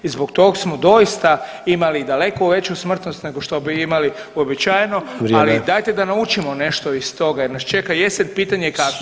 I zbog tog smo doista imali daleko veću smrtnost nego što bi imali uobičajeno [[Upadica Sanader: Vrijeme.]] Ali dajte da naučimo nešto iz toga jer nas čeka jesen, pitanje kakva.